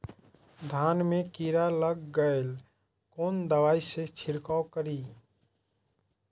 धान में कीरा लाग गेलेय कोन दवाई से छीरकाउ करी?